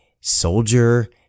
soldier